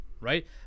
right